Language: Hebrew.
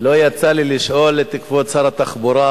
לא יצא לי לשאול את כבוד שר התחבורה,